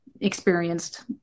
experienced